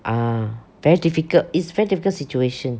ah very difficult it's very difficult situation